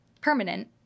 permanent